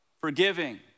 Forgiving